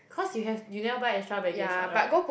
cause you have you never buy extra baggage [what] [right]